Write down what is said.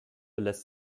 lässt